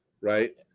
right